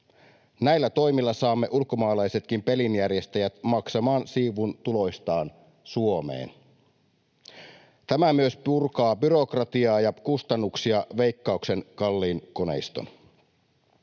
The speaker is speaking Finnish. Näillä toimilla saamme ulkomaalaisetkin pelinjärjestäjät maksamaan siivun tuloistaan Suomeen. Tämä myös purkaa Veikkauksen kalliin koneiston